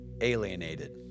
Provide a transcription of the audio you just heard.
alienated